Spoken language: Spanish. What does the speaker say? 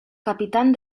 capitán